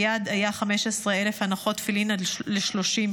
היעד היה 15,000 הנחות תפילין עד ה-30,